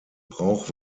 brauch